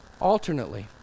alternately